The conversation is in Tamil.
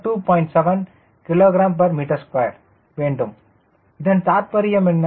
7 kgm2 வேண்டும் இதன் தார்ப்பரியம் என்ன